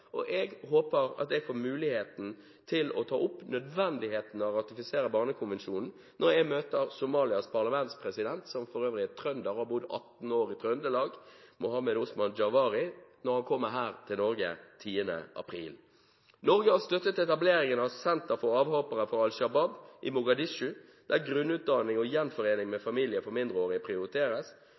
Jeg håper at jeg får mulighet til å ta opp nødvendigheten av å ratifisere Barnekonvensjonen når jeg møter Somalias parlamentspresident, Mohamed Osman Jawari – som for øvrig er trønder og har bodd 18 år i Trøndelag – her i Norge 10. april. Norge har støttet etableringen av et senter for avhoppere fra Al Shabaab i Mogadishu, der grunnutdanning og gjenforening med familie for mindreårige prioriteres.